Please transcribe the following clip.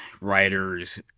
writers